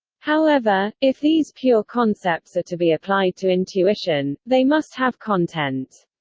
however, if these pure concepts are to be applied to intuition, they must have content.